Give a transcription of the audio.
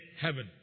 heaven